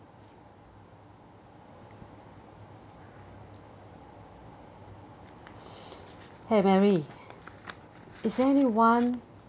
!hey! mary is there anyone